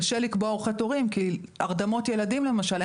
קשה לקבוע אורכי תורים כי הרדמות ילדים למשל,